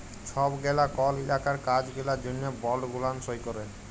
ছব গেলা কল ইলাকার কাজ গেলার জ্যনহে বল্ড গুলান সই ক্যরে